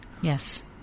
Yes